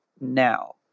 now